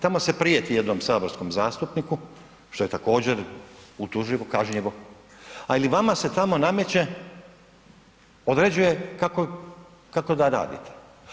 Tamo se prijeti jednom saborskom zastupniku, što je također utuživo, kažnjivo, ali vama se tamo određuje kako da radite.